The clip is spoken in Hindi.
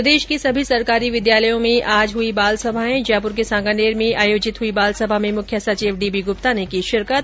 प्रदेश के सभी सरकारी विद्यालयों में आज बाल सभाएं हुई जयपुर के सांगानेर में आयोजित हुई बालसभा में मुख्य सचिव डी बी गुप्ता ने की शिरकत